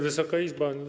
Wysoka Izbo!